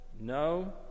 No